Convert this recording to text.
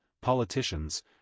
Politicians